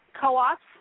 co-ops